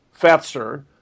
fetzer